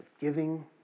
giving